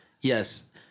yes